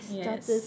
yes